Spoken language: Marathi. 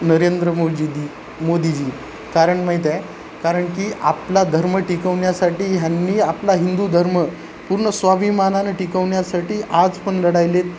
नरेंद्र मोदीजी मोदीजी कारण माहीत आहे कारण की आपला धर्म टिकवण्यासाठी ह्यांनी आपला हिंदू धर्म पूर्ण स्वाभिमानाने टिकवण्यासाठी आज पण लढायलेत